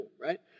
Right